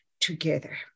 together